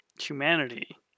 Humanity